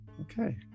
Okay